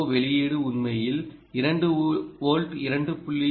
ஓ வெளியீடு உண்மையில் 2 வோல்ட் 2